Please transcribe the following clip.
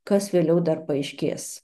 kas vėliau dar paaiškės